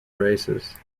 races